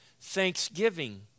thanksgiving